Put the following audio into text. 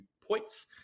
points